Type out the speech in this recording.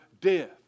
death